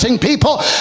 people